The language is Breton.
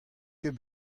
ket